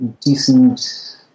decent